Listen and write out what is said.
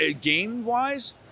Game-wise